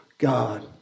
god